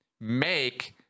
make